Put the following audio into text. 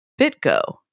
BitGo